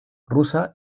rusa